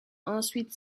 ensuite